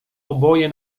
oboje